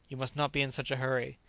you must not be in such a hurry!